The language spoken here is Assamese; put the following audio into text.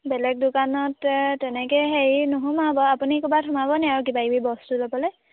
বেলেগ দোকানত তেনেকৈ হেৰি নুসোমাওঁ বাৰু আপুনি ক'ৰবাত সোমাব নেকি আৰু কিবা কিবি বস্তু ল'বলৈ